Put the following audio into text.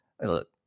look